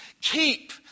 keep